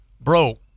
Bro